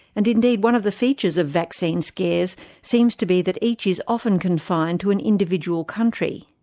indeed indeed one of the features of vaccine scares seems to be that each is often confined to an individual country.